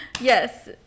Yes